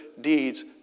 deeds